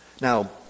Now